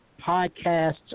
podcasts